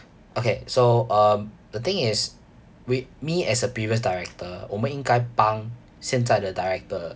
okay so um the thing is with me as a previous director 我们应该帮现在的 director